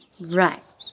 Right